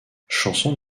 chanson